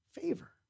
Favor